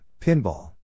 pinball